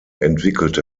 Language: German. entwickelte